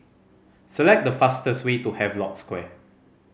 select the fastest way to Havelock Square